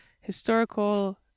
historical